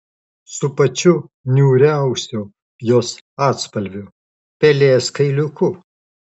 su pačiu niūriausiu jos atspalviu pelės kailiuku